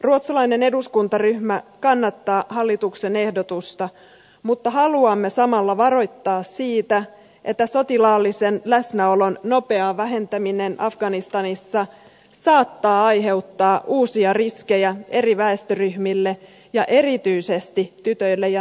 ruotsalainen eduskuntaryhmä kannattaa hallituksen ehdotusta mutta haluamme samalla varoittaa siitä että sotilaallisen läsnäolon nopea vähentäminen afganistanissa saattaa aiheuttaa uusia riskejä eri väestöryhmille ja erityisesti tytöille ja naisille